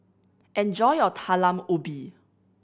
enjoy your Talam Ubi